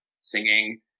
singing